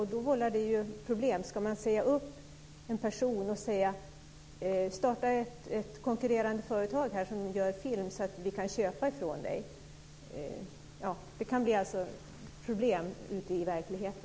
Då vållar det problem. Ska man säga upp en person och säga: Starta ett konkurrerande företag som gör film så att vi kan köpa från dig? Det kan alltså bli problem ute i verkligheten.